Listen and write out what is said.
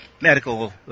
medical